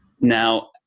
now